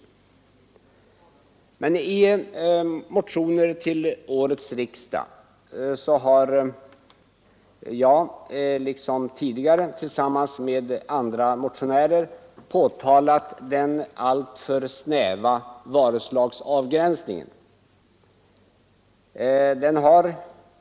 I motioner till årets riksdag har jag liksom tidigare år tillsammans med andra motionärer pekat på den alltför snäva varuslagsavgränsningen.